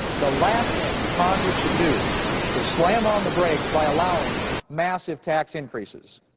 the last thing that congress should do is slam on the brakes by allowing massive tax increases.